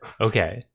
Okay